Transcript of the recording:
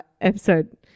episode